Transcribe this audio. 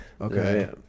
Okay